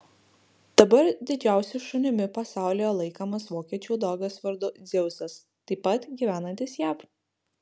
dabar didžiausiu šunimi pasaulyje laikomas vokiečių dogas vardu dzeusas taip pat gyvenantis jav